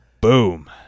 Boom